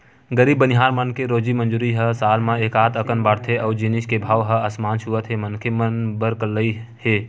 गरीब बनिहार मन के रोजी मंजूरी ह साल म एकात अकन बाड़थे अउ जिनिस के भाव ह आसमान छूवत हे मनखे मन बर करलई हे